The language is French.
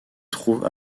trouve